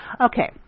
Okay